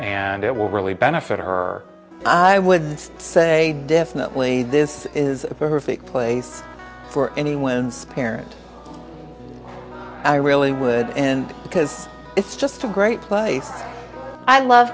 and it will really benefit her i would say definitely this is a perfect place for anyone spirit i really would and because it's just a great place i love